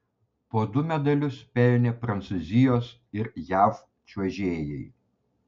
po du medalius pelnė prancūzijos ir jav čiuožėjai